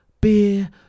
beer